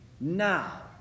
now